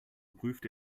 prüfte